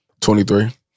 23